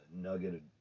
nugget